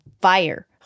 fire